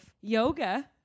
yoga